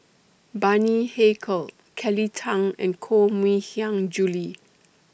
Bani Haykal Kelly Tang and Koh Mui Hiang Julie